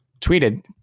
tweeted